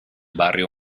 barrio